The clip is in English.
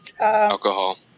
Alcohol